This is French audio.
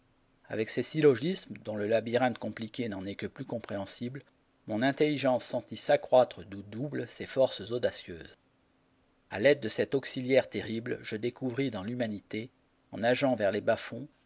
avec ses syllogismes dont le labyrinthe compliqué n'en est que plus compréhensible mon intelligence sentit s'accroître du double ses forces audacieuses a l'aide de cet auxiliaire terrible je découvris dans l'humanité en nageant vers les bas-fonds